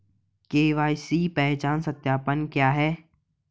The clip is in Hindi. के.वाई.सी पहचान सत्यापन क्या है?